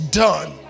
done